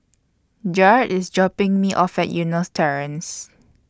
Jarred IS dropping Me off At Eunos Terrace